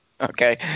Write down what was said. Okay